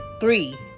three